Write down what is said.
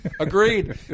Agreed